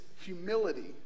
Humility